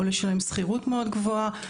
או לשלם שכירות מאוד גבוהה,